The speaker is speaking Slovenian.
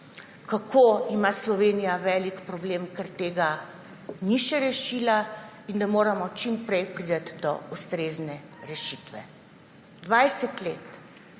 kako ima Slovenija velik problem, ker tega še ni rešila, in da moramo čim prej priti do ustrezne rešitve. 20 let.